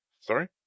sorry